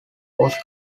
was